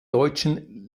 deutschen